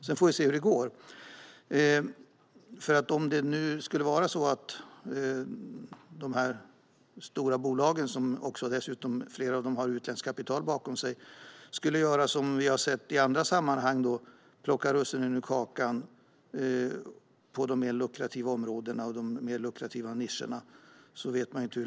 Sedan får vi se hur det går. Vi vet inte hur länge det här kan fungera, om de stora bolagen - flera av dem har utländskt kapital bakom sig - skulle plocka russinen ur kakan, vilket vi har sett i andra sammanhang, på de mer lukrativa områdena och inom de mer lukrativa nischerna.